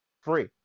free